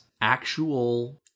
actual